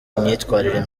imyitwarire